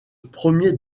premier